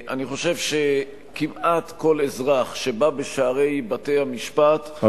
אני חושב שכמעט כל אזרח שבא בשערי בתי-המשפט יוצא משם,